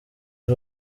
uri